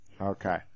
Okay